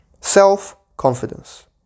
Self-confidence